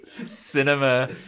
cinema